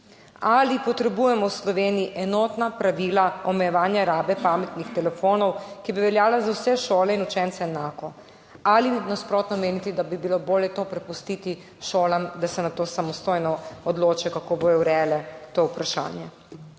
Ali potrebujemo v Sloveniji enotna pravila omejevanja rabe pametnih telefonov, ki bi veljala za vse šole in učence enako, ali menite nasprotno, da bi bilo bolje to prepustiti šolam, da se samostojno odločajo, kako bodo urejale to vprašanje?